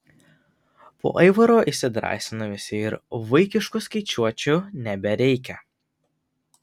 po aivaro įsidrąsina visi ir vaikiškų skaičiuočių nebereikia